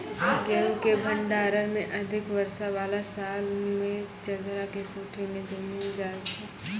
गेहूँ के भंडारण मे अधिक वर्षा वाला साल मे चदरा के कोठी मे जमीन जाय छैय?